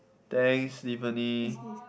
thanks Stephanie